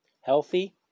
healthy